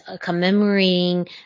Commemorating